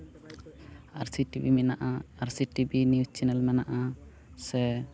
ᱟᱨᱥᱤ TV ᱢᱮᱱᱟᱜᱼᱟ Arsi TV news channel ᱢᱮᱱᱟᱜᱼᱟ ᱥᱮ